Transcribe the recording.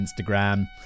Instagram